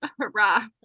hurrah